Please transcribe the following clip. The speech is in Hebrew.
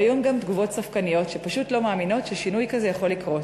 והיו גם תגובות ספקניות שפשוט לא מאמינות ששינוי כזה יכול לקרות,